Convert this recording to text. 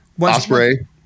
Osprey